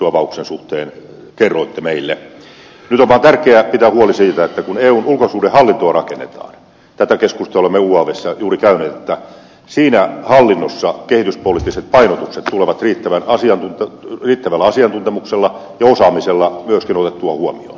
nyt on vaan tärkeää pitää huoli siitä että kun eun ulkosuhdehallintoa rakennetaan tätä keskustelua me uavssä olemme juuri käyneet niin siinä hallinnossa myöskin kehityspoliittiset painotukset tulevat riittävällä asiantuntemuksella ja osaamisella otetuiksi huomioon